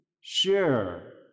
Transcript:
share